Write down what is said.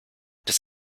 des